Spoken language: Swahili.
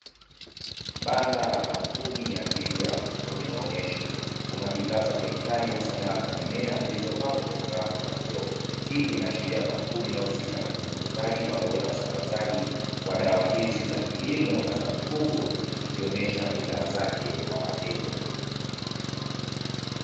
Banda la kampuni ya twiga kwenye maonesho, kuna bidhaa za kemikali hasa dawa za mimea zilizopangwa kwenye rafu za vioo, hii inaashiria kampuni inayohusika na utengenezaji pamoja na usambazaji wa dawa hizi za kilimo na za mifugo ikionesha bidhaa zake kwa wateja.